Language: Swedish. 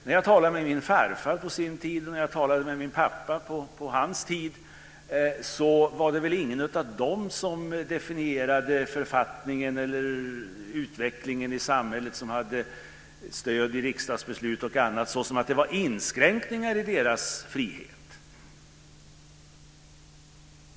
När jag talade med min farfar på hans tid och när jag talade med min pappa på hans tid var det väl ingen av dem som definierade författningen eller den utveckling i samhället som hade stöd i riksdagsbeslut och annat såsom att det handlade om inskränkningar i deras frihet.